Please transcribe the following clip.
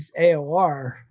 AOR